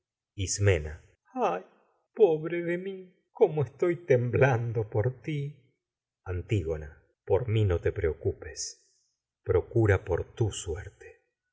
ay pobre de mi cómo estoy temblando por ti no antígona por mí suerte te preocupes procura por tu